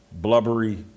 blubbery